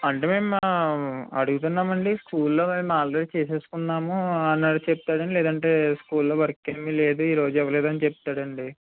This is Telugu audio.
అంటే మేము అడుగుతున్నాం అండి స్కూలులో మేము ఆల్రెడీ చేసుకున్నాము అని అది చెప్తాడు అండి లేదంటే స్కూల్లో వర్క్ ఏమి లేదు ఈ రోజు ఇవ్వలేదని చెప్తాడు అండి